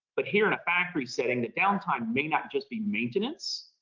but here in a factory setting that downtime may not just be maintenance,